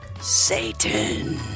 Satan